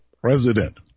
president